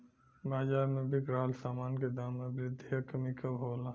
बाज़ार में बिक रहल सामान के दाम में वृद्धि या कमी कब होला?